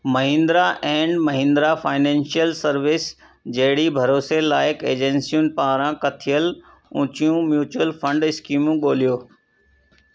Mahindra and Mahindra financial service जहिड़ी भरोसे like एजेंसियुनि पारां कथियलु ऊचियूं म्यूचुअल फंड स्कीमूं ॻोल्हियो